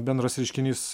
bendras reiškinys